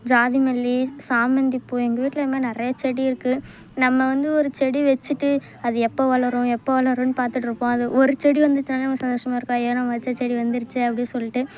ஜாதி மல்லி சாமந்திப்பூ எங்கள் வீட்டில் இன்னும் நிறைய செடி இருக்குது நம்ம வந்து ஒரு செடி வச்சுட்டு அது எப்போ வளரும் எப்போ வளரும்னு பார்த்துட்ருப்போம் அது ஒரு செடி வந்துச்சுனாலும் நம்ம சந்தோஷமாக இருப்போம் அய்யா நம்ம வைச்ச செடி வந்துருச்சே அப்படி சொல்லிட்டு